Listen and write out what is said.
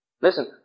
Listen